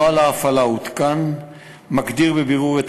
נוהל ההפעלה המעודכן מגדיר בבירור את